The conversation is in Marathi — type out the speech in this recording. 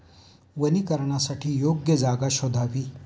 वनीकरणासाठी योग्य जागा शोधावी